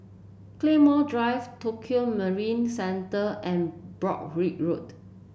Claymore Drive Tokio Marine Centre and Broadrick Road